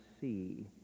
see